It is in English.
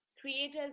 creators